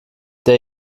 der